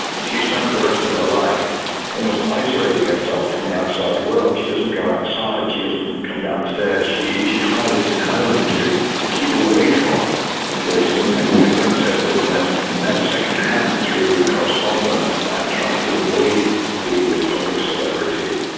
she spends the rest of her life almost isolating herself from the outside world. she doesn't go outside, she doesn't come downstairs, she she hides at home to to keep away from this, and and conducts her business at second hand through correspondence, and tries to avoid being this public celebrity.